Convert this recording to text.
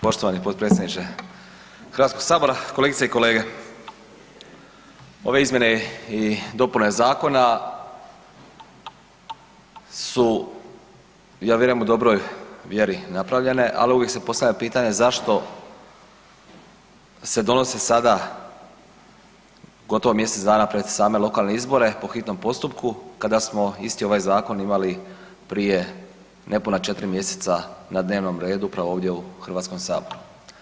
Poštovani potpredsjedniče Hrvatskog sabora, kolegice i kolege ove izmjene i dopune zakona su ja vjerujem u dobroj vjeri napravljene ali uvijek se postavlja pitanje zašto se donose sada gotovo mjesec dana pred same lokalne izbore po hitnom postupku kada smo isti ovaj zakon imali prije nepuna 4 mjeseca na dnevnom redu upravo ovdje u Hrvatskom saboru.